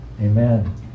Amen